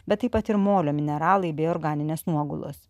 bet taip pat ir molio mineralai bei organinės nuogulos